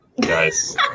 Guys